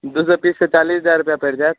दू सए पीसके चालीस हजार रुपैआ पैरि जायत